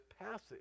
passage